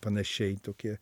panašiai tokie